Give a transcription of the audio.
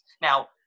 Now